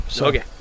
Okay